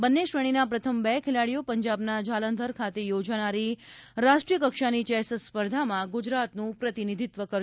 બન્ને શ્રેણીના પ્રથમ બે ખેલાડીઓ પંજાબના જાલંઘર ખાતે યોજાનારી રાષ્ટ્રીય કક્ષાની ચેસ સ્પર્ધામાં ગુજરાતનું પ્રતિનિધિત્વ કરશે